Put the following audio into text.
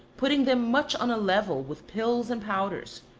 putting them much on a level with pills and powders,